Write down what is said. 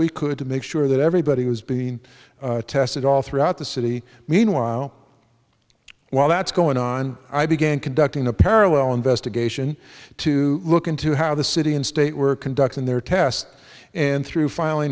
we could to make sure that everybody was being tested all throughout the city meanwhile while that's going on i began conducting a parallel investigation to look into how the city and state were conducting their test and through fi